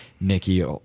Nikki